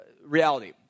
reality